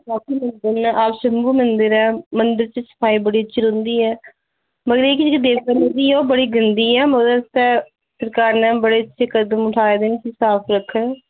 आप शम्बू मंदिर ऐ मंदिर च सफाई बड़ी अच्छी रौंह्दी ऐ मतलब ऐ कि जेह्की देवका नदी ऐ ओह् बडी गंदी ऐ मगर उस आस्तै सरकार ने बड़े अच्छे कदम उठाए दे न कि साफ रक्खन